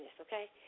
okay